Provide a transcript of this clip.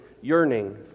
yearning